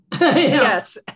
Yes